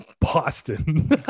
Boston